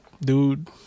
Dude